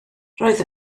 roedd